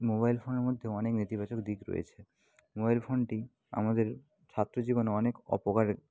mobile ফোনের মধ্যে অনেক নেতিবাচক দিক রয়েছে মোবাইল ফোনটি আমাদের ছাত্র জীবনে অনেক অপকার